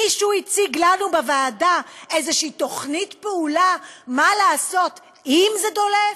מישהו הציג לנו בוועדה איזושהי תוכנית פעולה מה לעשות אם זה דולף?